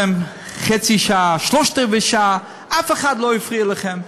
חצי שעה, שלושת-רבעי השעה, אף אחד לא הפריע לכם.